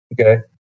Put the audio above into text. okay